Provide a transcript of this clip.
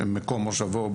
שמקום מושבו,